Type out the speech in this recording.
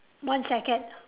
one second